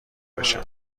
بشم